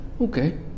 okay